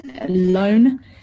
alone